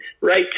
right